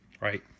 right